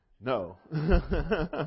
no